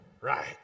right